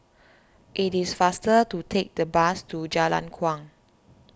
it is faster to take the bus to Jalan Kuang